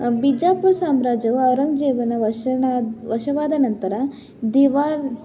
ಬಿಜಾಪುರ ಸಾಮ್ರಾಜ್ಯವು ಔರಂಗಜೇಬನ ವಶನ ವಶವಾದ ನಂತರ ದಿವಾನ್